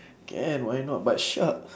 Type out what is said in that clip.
can why not but shark